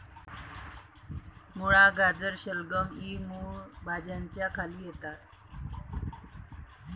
मुळा, गाजर, शलगम इ मूळ भाज्यांच्या खाली येतात